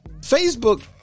Facebook